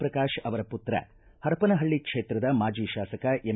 ಪ್ರಕಾಶ್ ಅವರ ಪುತ್ರ ಪರಪನಹಳ್ಳಿ ಕ್ಷೇತ್ರದ ಮಾಜಿ ಶಾಸಕ ಎಂ